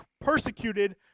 persecuted